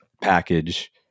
package